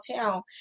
town